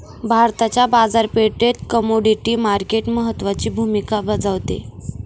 भारताच्या बाजारपेठेत commodity market महत्त्वाची भूमिका बजावते